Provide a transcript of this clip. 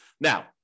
Now